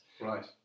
Right